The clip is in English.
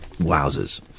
Wowzers